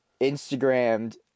Instagrammed